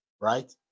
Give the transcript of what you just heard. right